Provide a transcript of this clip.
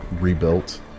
rebuilt